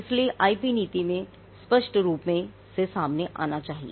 इसलिए इसे आईपी नीति में स्पष्ट रूप से सामने आना चाहिए